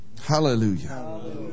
Hallelujah